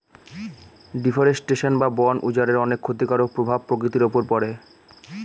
deforestation বা বন উজাড়ের অনেক ক্ষতিকারক প্রভাব প্রকৃতির উপর পড়ে